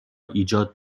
ایجاد